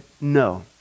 no